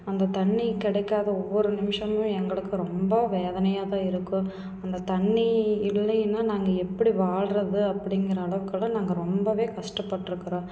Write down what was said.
அந்த தண்ணி கிடைக்காத ஒவ்வொரு நிமிஷமும் எங்களுக்கு ரொம்ப வேதனையாக தான் இருக்கும் அந்த தண்ணி இல்லைன்னா நாங்கள் எப்படி வாழ்கிறது அப்படிங்கிற அளவுக்கெல்லாம் நாங்கள் ரொம்பவே கஷ்டப்பட்டுருக்குறோம்